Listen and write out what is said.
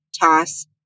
toss